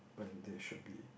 but there should be